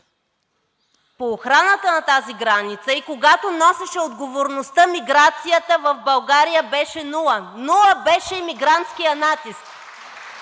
по охраната на тази граница, и когато носеше отговорността, миграцията в България беше нула. Нула беше мигрантският натиск!